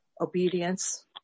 obedience